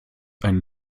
ein